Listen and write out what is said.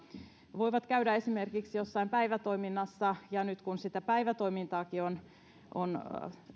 voivat käydä esimerkiksi jossain päivätoiminnassa nyt kun sitä päivätoimintaakin on on